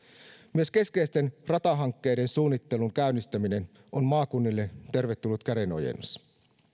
myös keskeisten ratahankkeiden suunnittelun käynnistäminen on maakunnille tervetullut kädenojennus